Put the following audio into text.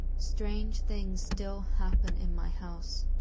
strange things still happen in my house.